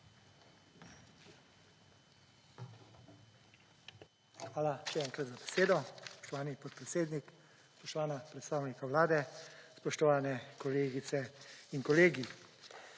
Hvala še enkrat za besedo, spoštovani podpredsednik. Spoštovana predstavnika Vlade, spoštovani kolegice in kolegi!